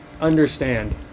understand